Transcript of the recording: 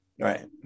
Right